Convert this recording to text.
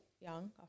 young